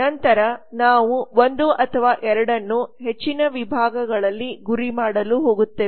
ನಂತರ ನಾವು 1 ಅಥವಾ 2 ಅನ್ನು ಹೆಚ್ಚಿನ ವಿಭಾಗಗಳಲ್ಲಿ ಗುರಿ ಮಾಡಲು ಹೋಗುತ್ತೇವೆ